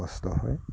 কষ্ট হয়